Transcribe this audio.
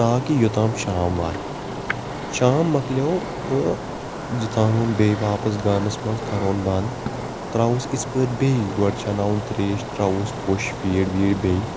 تاکہِ یوتام شام واتہِ شام مَکلیو تہٕ یہِ ژانہٕ ہون بییٚہِ واپَس گانَس منٛز کَرٕ ہون بَند تراوٕہوٚس یِژھ پٲرۍ بییٚہِ گۄڈٕ چیناوٕ ہوٚن تریش تراوٕ ہوٚس کوٚش فیٖڈ ویٖڈ بییٚہِ